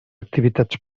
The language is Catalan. activitats